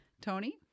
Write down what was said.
Tony